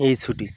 এই ছুটি